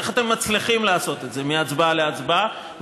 איך אתם מצליחים לעשות את זה מהצבעה להצבעה,